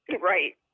Right